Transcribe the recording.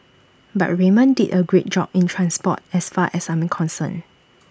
but Raymond did A great job in transport as far as I'm concerned